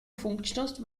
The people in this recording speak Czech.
funkčnost